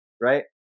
Right